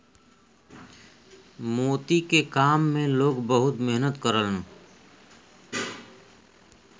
मोती के काम में लोग बहुत मेहनत करलन